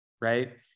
right